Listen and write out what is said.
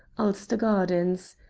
ulster gardens.